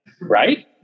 Right